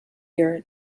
your